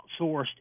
outsourced